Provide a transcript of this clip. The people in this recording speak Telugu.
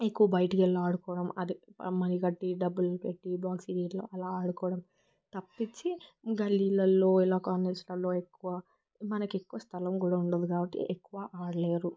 ఎక్కువ బయటికి వెళ్ళి ఆడుకోవడం అది మనీ కట్టి డబ్బులు పెట్టి బాక్స్ వీటిలో అలా ఆడుకోవడం తప్పిచ్చి గల్లీలలో ఇలా కాలనీస్లలో ఎక్కువ మనకి ఎక్కువ స్థలం కూడా ఉండదు కాబట్టి ఎక్కువ ఆడలేరు